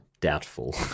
Doubtful